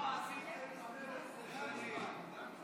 מה עשיתם 12 שנים?